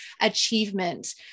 achievement